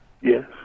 Yes